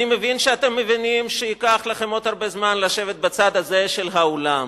אני מבין שאתם מבינים שייקח לכם עוד הרבה זמן לשבת בצד הזה של האולם,